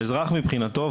האזרח מבחינתו,